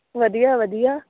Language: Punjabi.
ਵਧੀਆ ਵਧੀਆ